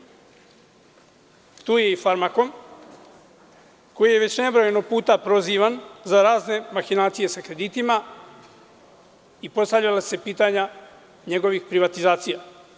Tu je i „Farmakom“, koji je već nebrojeno puta prozivan za razne mahinacije sa kreditima i postavljala su se pitanja njegovih privatizacija.